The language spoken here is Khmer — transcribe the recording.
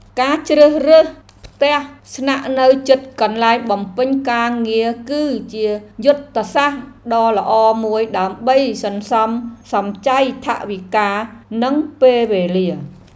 ការជ្រើសរើសផ្ទះស្នាក់នៅជិតកន្លែងបំពេញការងារគឺជាយុទ្ធសាស្ត្រដ៏ល្អមួយដើម្បីសន្សំសំចៃថវិកានិងពេលវេលា។